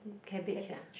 mm cabbage